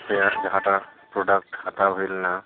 ᱟᱯᱮᱭᱟᱜ ᱡᱟᱦᱟᱸᱴᱟᱜ ᱯᱨᱳᱰᱟᱠᱴ ᱦᱟᱛᱟᱣ ᱦᱩᱭ ᱞᱮᱱᱟ